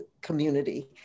community